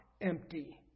empty